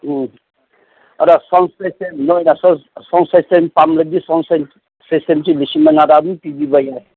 ꯎꯝ ꯑꯗ sound system ꯅꯣꯏꯅ sound sound system ꯄꯥꯝꯂꯗꯤ ꯁꯥꯎꯟ ꯁꯤꯁꯇꯦꯝꯁꯨ ꯂꯤꯁꯤꯡ ꯃꯉꯥꯗ ꯑꯗꯨꯝ ꯄꯤꯕꯤꯕ ꯌꯥꯏ